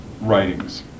writings